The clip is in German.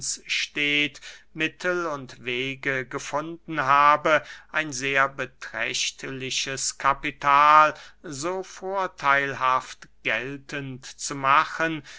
mittel und wege gefunden habe ein sehr beträchtliches kapital so vortheilhaft geltend zu machen